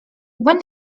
when